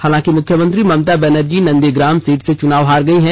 हालांकि मुख्यमंत्री Mamata Banerjee Nandigram seat से चुनाव हार गई है